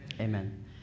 Amen